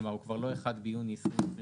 כלומר הוא כבר לא 1 ביוני 2022,